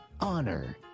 honor